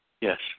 Yes